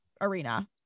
arena